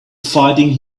fighting